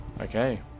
okay